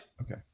okay